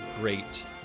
great